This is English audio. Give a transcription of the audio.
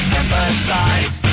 emphasize